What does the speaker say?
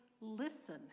listen